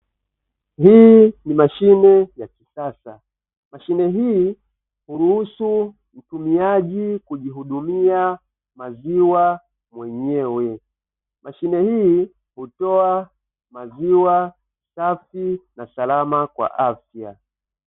Hii ni mashine ya kisasa, mashine hii huruhusu mtumiaji kujihudumia maziwa mwenyewe. Mashine hii hutoa maziwa safi na salama kwa afya.